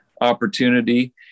opportunity